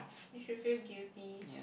you should feel guilty